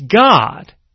God